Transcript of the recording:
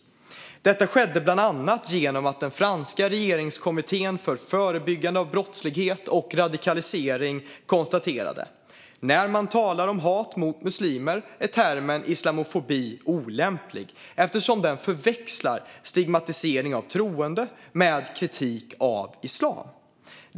Detta skedde bland annat genom att den franska regeringskommittén för förebyggande av brottslighet och radikalisering konstaterade att termen islamofobi är olämplig när man talar om hat mot muslimer eftersom den förväxlar stigmatisering av troende med kritik av islam.